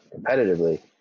competitively